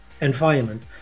environment